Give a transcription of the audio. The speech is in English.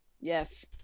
Yes